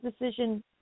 decision